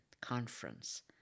conference